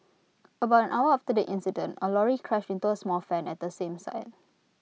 about an hour after the incident A lorry crashed into A small van at the same site